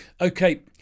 okay